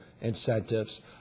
incentives